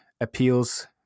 appeals